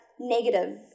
negative